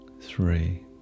three